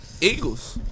Eagles